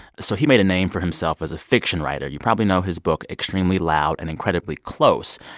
so he made a name for himself as a fiction writer. you probably know his book extremely loud and incredibly close.